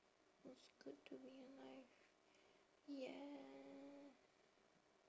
it's good to be alive yeah